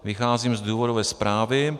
Vycházím z důvodové zprávy.